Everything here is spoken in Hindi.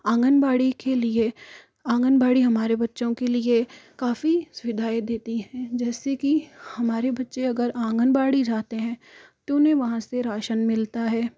आंगनवाड़ी के लिए आंगनवाड़ी हमारे बच्चों के लिए काफ़ी सुविधाएं देती हैं जैसे कि हमारे बच्चे अगर आंगनवाड़ी जाते हैं तो उन्हें वहां से राशन मिलता है